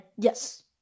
yes